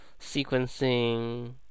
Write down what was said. sequencing